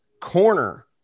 corner